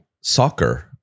soccer